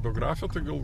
biografiją tai gal